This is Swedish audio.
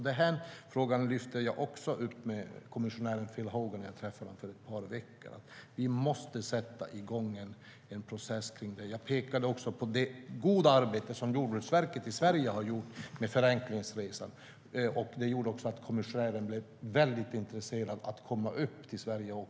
Den frågan lyfte jag också upp med kommissionären Phil Hogan när jag träffade honom för ett par veckor sedan. Vi måste sätta igång en process kring det. Jag pekade också på det goda arbete som Jordbruksverket i Sverige har gjort med Förenklingsresan. Det gjorde att kommissionären blev väldigt intresserad av att komma till Sverige.